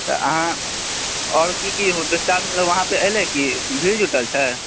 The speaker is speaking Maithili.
तऽ अहाँ ओतऽ बच्चा सब एलै कि भीड़ जुटल छै